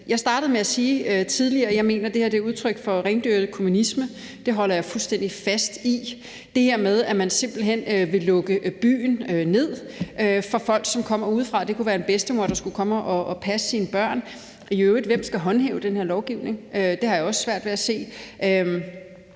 Jeg startede med at sige tidligere, at jeg mener, at det her er udtryk for rendyrket kommunisme. Det holder jeg fuldstændig fast i, altså det her med, at man simpelt hen vil lukke byen ned for folk, som kommer udefra; det kunne være en bedstemor, der skulle komme og passe sine børnebørn. Hvem skal i øvrigt håndhæve den her lovgivning? Det har jeg også svært ved at se.